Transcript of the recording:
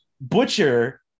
butcher